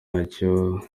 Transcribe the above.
n’icyo